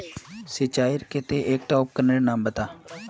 सिंचाईर केते एकटा उपकरनेर नाम बता?